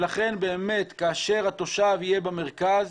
לכן באמת כאשר התושב יהיה במרכז,